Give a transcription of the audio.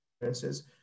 experiences